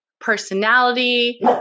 personality